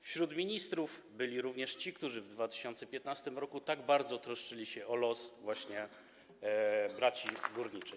Wśród ministrów byli również ci, którzy w 2015 r. tak bardzo troszczyli się właśnie o los braci górniczej.